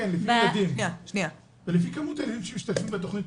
לפי כמות הילדים שמשתתפים.